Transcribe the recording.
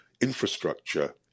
Infrastructure